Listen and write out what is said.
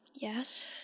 Yes